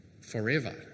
forever